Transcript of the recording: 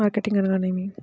Marketing అనగానేమి?